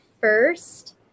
first